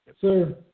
sir